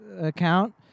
account